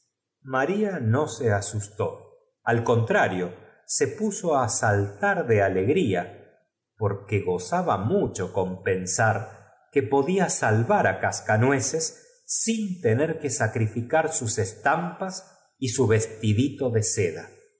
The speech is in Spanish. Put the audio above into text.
no se asustó al contrario se r selmayerl dijo adónde irá á parar estoy puso á saltar de alegria porque gozaba cuando haya dado al rey de los ratones mucho con pensar que podia salvar á mis libritos de estampas para que los rom cascanueces sin tener que sacrificar sus pya mi precioso vestid ito de seda que me estampas y su vestidito de seda